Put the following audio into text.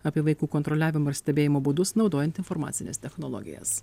apie vaikų kontroliavimo ir stebėjimo būdus naudojant informacines technologijas